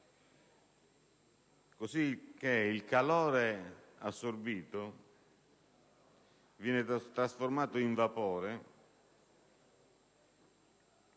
cosicché il calore assorbito viene trasformato in vapore